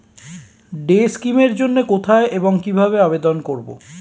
Day scheme এর জন্য কোথায় এবং কিভাবে আবেদন করব?